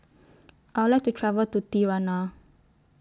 I Would like to travel to Tirana